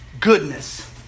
goodness